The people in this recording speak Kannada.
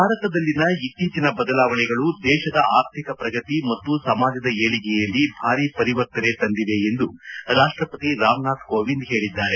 ಭಾರತದಲ್ಲಿನ ಇತ್ತೀಚಿನ ಬದಲಾವಣೆಗಳು ದೇಶದ ಆರ್ಥಿಕ ಪ್ರಗತಿ ಮತ್ತು ಸಮಾಜದ ಏಳಿಗೆಯಲ್ಲಿ ಭಾರಿ ಪರಿವರ್ತನೆ ತಂದಿವೆ ಎಂದು ರಾಷ್ಟಪತಿ ರಾಮನಾಥ್ ಕೋವಿಂದ್ ಹೇಳಿದ್ದಾರೆ